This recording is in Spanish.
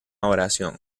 oración